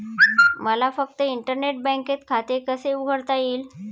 मला फक्त इंटरनेट बँकेत खाते कसे उघडता येईल?